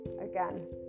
again